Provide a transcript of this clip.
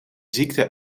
ziekte